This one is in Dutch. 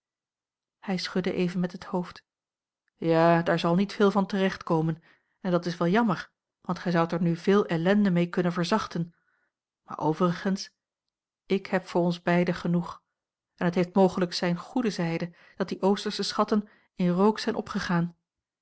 hij schudde even met het hoofd ja daar zal niet veel van terechtkomen en dat is wel jammer want gij zoudt er nu veel ellende mee kunnen verzachten maar overigens ik heb voor ons beiden genoeg en het heeft mogelijk zijne goede zijde dat die oostersche schatten in rook zijn opgegaan